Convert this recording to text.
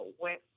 went